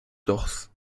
torse